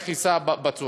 איך הוא ייסע בצהריים?